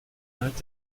knallt